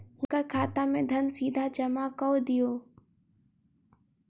हुनकर खाता में धन सीधा जमा कअ दिअ